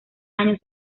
años